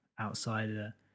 outsider